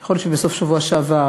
יכול להיות שבסוף השבוע שעבר,